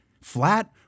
Flat